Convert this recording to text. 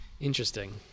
Interesting